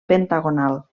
pentagonal